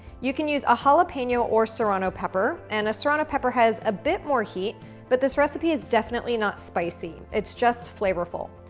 you can use a jalapeno or serrano pepper, and a serrano pepper has a bit more heat but this recipe is definitely not spicy, it's just flavorful.